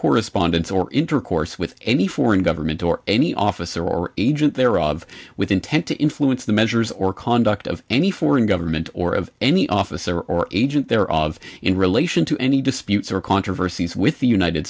correspondence or intercourse with any foreign government or any officer or agent thereof with intent to influence the measures or conduct of any foreign government or of any officer or agent there of in relation to any disputes or controversies with the united